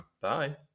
Bye